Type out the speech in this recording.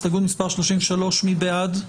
הסתייגות מס' 33 מי בעד?